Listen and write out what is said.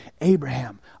Abraham